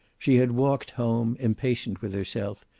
she had walked home, impatient with herself,